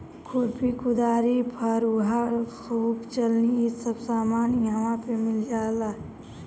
खुरपी, कुदारी, फरूहा, सूप चलनी इ सब सामान इहवा पे मिल जाला